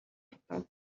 хатан